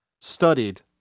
studied